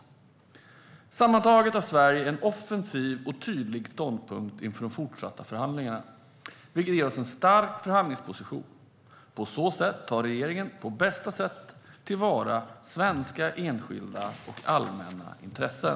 Sammantaget har Sverige en offensiv och tydlig ståndpunkt inför de fortsatta förhandlingarna, vilket ger oss en stark förhandlingsposition. På så sätt tar regeringen på bästa sätt till vara svenska enskilda och allmänna intressen.